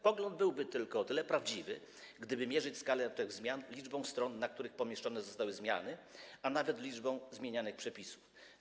Pogląd byłby tylko o tyle prawdziwy, gdyby mierzyć skalę tych zmian liczbą stron, na których pomieszczone zostały zmiany, a nawet liczbą zmienianych przepisów.